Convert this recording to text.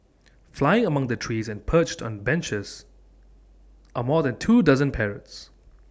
flying among the trees and perched on benches are more than two dozen parrots